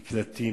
מקלטים,